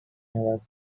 never